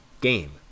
game